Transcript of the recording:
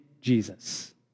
Jesus